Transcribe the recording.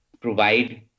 provide